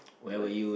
like